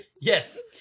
Yes